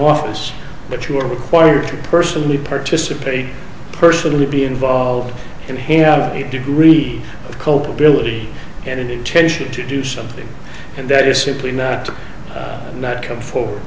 office but you are required to personally participate personally be involved and he had a degree of culpability and intention to do something and that is simply not to not come forward